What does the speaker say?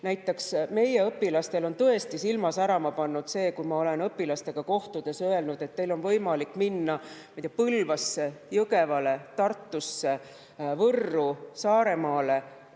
Näiteks meie õpilastel on tõesti silma särama pannud see, kui ma olen õpilastega kohtudes öelnud, et teil on võimalik minna Põlvasse, Jõgevale, Tartusse, Võrru või Saaremaale